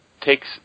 takes